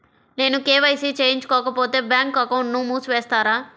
నేను కే.వై.సి చేయించుకోకపోతే బ్యాంక్ అకౌంట్ను మూసివేస్తారా?